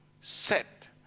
Set